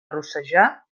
rossejar